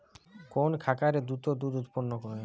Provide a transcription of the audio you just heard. কোন খাকারে দ্রুত দুধ উৎপন্ন করে?